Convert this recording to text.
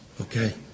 okay